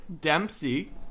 Dempsey